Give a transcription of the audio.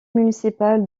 municipal